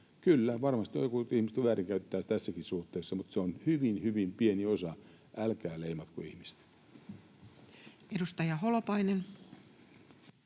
Kyllä varmasti jotkut ihmiset väärinkäyttävät tässäkin suhteessa, mutta se on hyvin, hyvin pieni osa. Älkää leimatko ihmistä. Edustaja Holopainen.